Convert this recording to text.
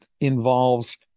involves